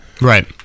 Right